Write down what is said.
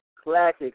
classic